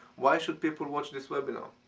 why should people watch this webinar?